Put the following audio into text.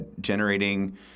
generating